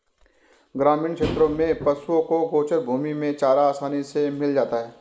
ग्रामीण क्षेत्रों में पशुओं को गोचर भूमि में चारा आसानी से मिल जाता है